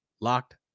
Locked